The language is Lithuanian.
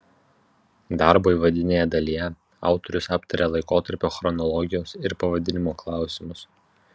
darbo įvadinėje dalyje autorius aptaria laikotarpio chronologijos ir pavadinimo klausimus